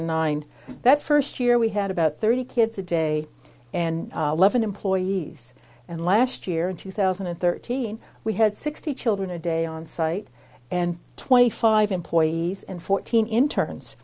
and nine that first year we had about thirty kids a day and eleven employees and last year in two thousand and thirteen we had sixty children a day onsite and twenty five employees and fourteen intern